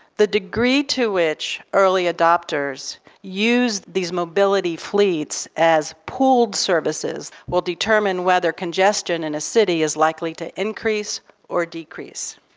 the degree to which early adopters use these mobility fleets as pooled services will determine whether congestion in a city is likely to increase or decrease.